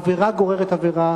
עבירה גוררת עבירה